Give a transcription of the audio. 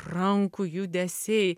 rankų judesiai